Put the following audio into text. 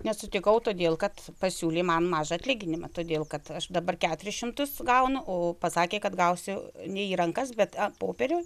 nesutikau todėl kad pasiūlė man mažą atlyginimą todėl kad aš dabar keturis šimtus gaunu o pasakė kad gausiu ne į rankas bet an popierių